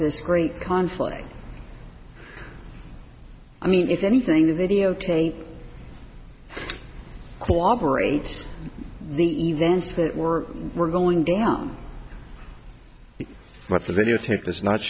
this great conflict i mean if anything the videotape cooperates the events that we're we're going down but the videotape does not